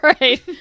right